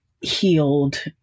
healed